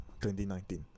2019